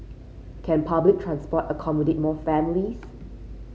can public transport accommodate more families